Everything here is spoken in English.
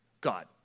God